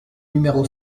numéro